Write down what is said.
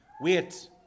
Wait